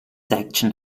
section